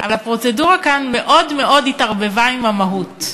אבל הפרוצדורה כאן מאוד מאוד התערבבה עם המהות.